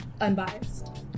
unbiased